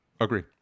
agree